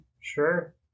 Sure